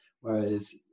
Whereas